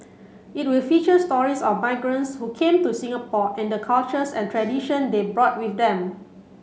it will feature stories of migrants who came to Singapore and the cultures and tradition they brought with them